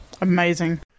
Amazing